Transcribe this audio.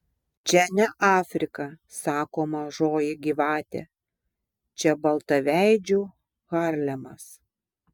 čia ne afrika sako mažoji gyvatė čia baltaveidžių harlemas